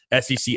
SEC